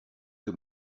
que